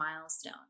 milestone